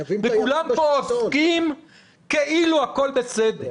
כולם כאן עוסקים כאילו הכול בסדר.